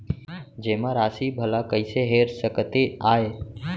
जेमा राशि भला कइसे हेर सकते आय?